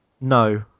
No